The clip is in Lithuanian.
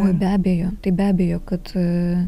oi abejo tai be abejo kad